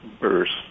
burst